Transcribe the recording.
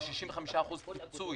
זה 65% פיצוי.